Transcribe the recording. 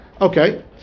Okay